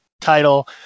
title